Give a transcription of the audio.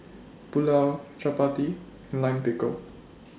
Pulao Chapati and Lime Pickle